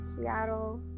Seattle